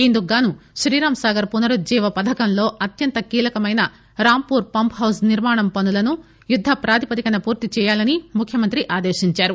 ఇందుకుగాను శ్రీరాంసాగర్ పునర్జీవ పథకంలో అత్యంత కీలకమైన రాంపూర్ పంప్ హౌజ్ నిర్మాణ పనులను యుద్ద ప్రాతిపదికన పూర్తి చెయ్యాలని ముఖ్యమంత్రి ఆదేశించారు